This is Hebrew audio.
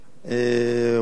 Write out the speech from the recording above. ראש העיר,